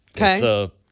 Okay